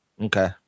Okay